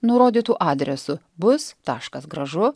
nurodytu adresu bus taškas gražu